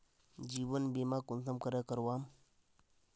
जीवन बीमा कुंसम करे करवाम?